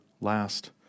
last